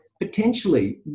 potentially